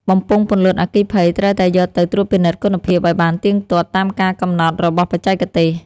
បំពង់ពន្លត់អគ្គិភ័យត្រូវតែយកទៅត្រួតពិនិត្យគុណភាពឱ្យបានទៀងទាត់តាមការកំណត់របស់បច្ចេកទេស។